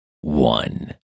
One